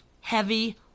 heavy